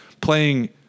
playing